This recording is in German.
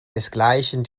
desgleichen